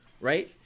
Right